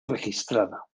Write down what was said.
registrada